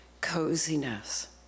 coziness